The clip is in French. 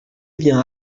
vient